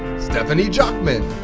stephanie jochman,